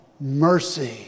Mercy